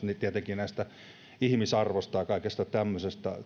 tietenkin myös ihmisarvosta ja kaikista tämmöisistä